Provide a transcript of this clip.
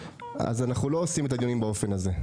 אנחנו לא עושים את הדיונים באופן הזה.